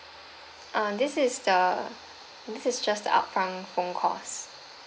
uh this is the this is just upfront phone cost